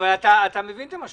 זה חלק מהמערכת.